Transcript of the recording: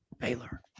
Baylor